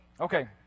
Okay